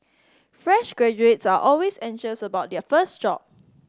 fresh graduates are always anxious about their first job